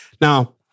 Now